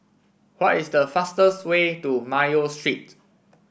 what is the fastest way to Mayo Street